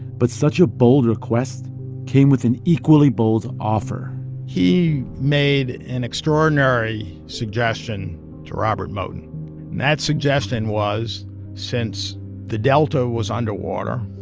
but such a bold request came with an equally bold offer he made an extraordinary suggestion to robert moton. and that suggestion was since the delta was underwater,